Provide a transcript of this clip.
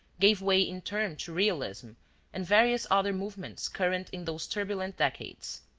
gave way in turn to realism and various other movements current in those turbulent decades.